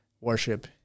worship